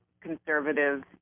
conservative